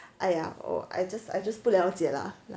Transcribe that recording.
!aiya! oh I just I just 不了解 lah